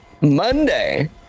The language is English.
Monday